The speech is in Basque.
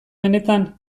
benetan